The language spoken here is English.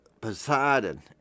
Poseidon